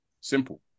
Simple